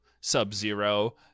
Sub-Zero